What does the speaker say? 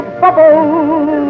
bubble